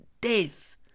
death